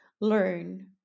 learn